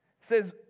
says